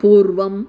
पूर्वम्